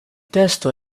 testo